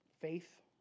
faith